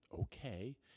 okay